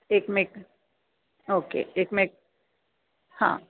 एकमेक okay एकमेक हां